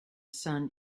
sun